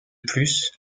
plus